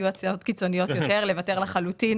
היו הצעות קיצוניות יותר לוותר לחלוטין